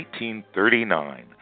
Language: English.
1939